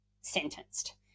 sentenced